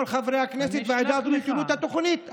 שכל חברי הכנסת והעדה הדרוזית יקבלו את התוכנית.